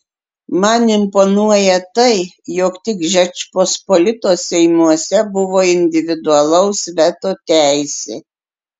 man imponuoja tai jog tik žečpospolitos seimuose buvo individualaus veto teisė